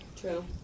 true